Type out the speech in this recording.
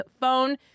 phone